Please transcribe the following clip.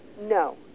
No